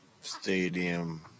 stadium